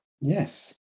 Yes